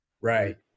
Right